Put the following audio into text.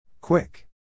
Quick